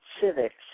civics